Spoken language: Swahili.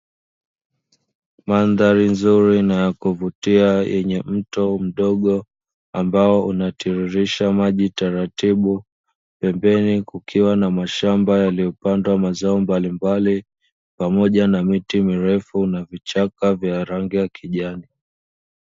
Mandhari nzuri na ya kuvutia yenye mto mdogo, ambao unatiririsha maji taratibu, pembeni kukiwa na mashamba yaliyopandwa mazao mbalimbali pamoja na miti mirefu na vichaka vya rangi ya kijani.